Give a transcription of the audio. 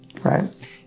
right